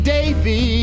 Davy